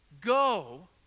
go